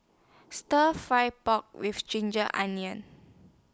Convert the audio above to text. Stir Fry Pork with Ginger Onion